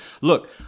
Look